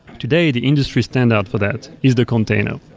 today, the industry standout for that is the container.